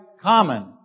common